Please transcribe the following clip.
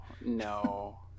no